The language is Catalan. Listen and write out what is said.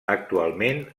actualment